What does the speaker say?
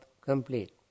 complete